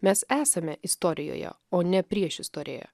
mes esame istorijoje o ne priešistorėje